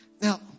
now